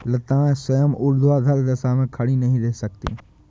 लताएं स्वयं ऊर्ध्वाधर दिशा में खड़ी नहीं रह सकती